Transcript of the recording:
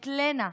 את לנה,